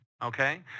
Okay